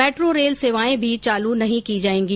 metro rail सेवाएं भी चालू नहीं की जाएगी